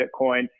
Bitcoin